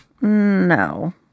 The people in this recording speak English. no